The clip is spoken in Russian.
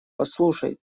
послушай